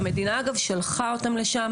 המדינה שלחה אותם לשם.